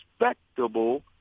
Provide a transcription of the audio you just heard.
respectable